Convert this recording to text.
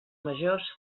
majors